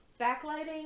backlighting